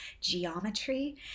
geometry